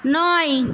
নয়